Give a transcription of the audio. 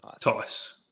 Tice